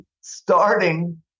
starting